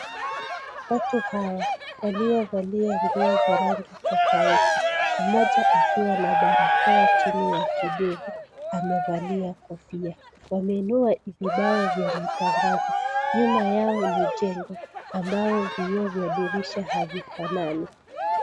Watu hawa wamevaa nguo za rangi tofauti. Mmoja akiwa na barakoa chini ya kidevu, amevaa kofia. Wameinua vibao vya matangazo. Nyuma yao kuna jengo na vioo vya dirisha havifanani.